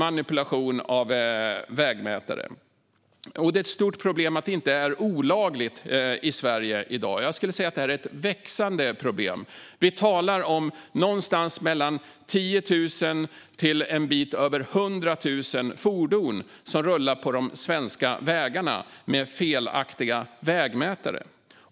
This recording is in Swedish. Det är ett stort problem att det här inte är olagligt i Sverige i dag. Jag skulle vilja säga att detta är ett växande problem. Vi talar om någonstans mellan 10 000 och en bit över 100 000 fordon med felaktiga vägmätare som rullar på de svenska vägarna.